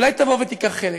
אולי תבוא ותיקח חלק.